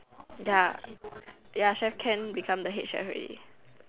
ya ya chef Ken become the head chef already